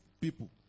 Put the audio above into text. people